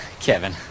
kevin